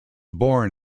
born